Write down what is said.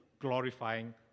glorifying